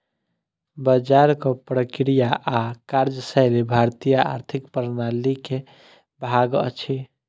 बजारक प्रक्रिया आ कार्यशैली भारतीय आर्थिक प्रणाली के भाग अछि